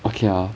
okay ah